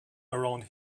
around